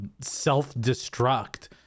self-destruct